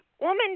woman